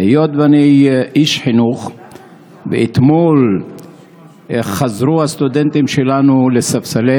היות שאני איש חינוך ואתמול חזרו הסטודנטים שלנו לספסלי